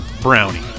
brownie